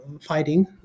fighting